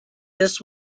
this